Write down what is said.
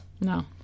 No